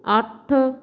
ਅੱਠ